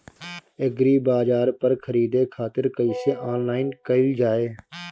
एग्रीबाजार पर खरीदे खातिर कइसे ऑनलाइन कइल जाए?